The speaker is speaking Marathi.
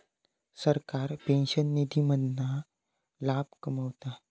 सरकार पेंशन निधी मधना लाभ कमवता